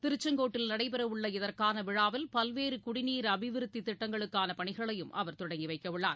திருச்செங்கோட்டில் நடைபெறவுள்ள இதற்கானவிழாவில் பல்வேறுகுடிநீர் அபிவிருத்திதிட்டங்களுக்கானபணிகளையும் அவர் தொடங்கிவைக்கஉள்ளார்